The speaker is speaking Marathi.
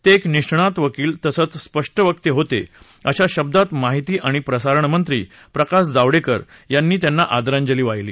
ते एक निष्णात वकील तसंच स्पष्टवक्ते होते अशा शब्दांत माहिती आणि प्रसारण मंत्री प्रकाश जावडेकर यांनीआदरांजली वाहिली